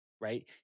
right